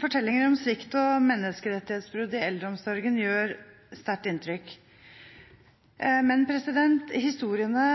Fortellinger om svikt og menneskerettighetsbrudd i eldreomsorgen gjør sterkt inntrykk. Men historiene